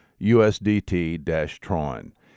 USDT-Tron